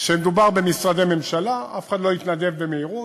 שמדובר במשרדי ממשלה ואף אחד לא יתנדב במהירות.